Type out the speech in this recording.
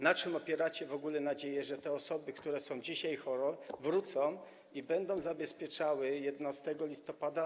Na czym opieracie w ogóle nadzieję, że te osoby, które są dzisiaj chore, wrócą i będą zabezpieczały obchody 11 listopada?